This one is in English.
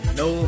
no